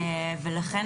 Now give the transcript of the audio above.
ולכן,